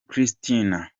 kristina